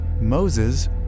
Moses